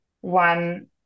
one